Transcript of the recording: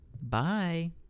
Bye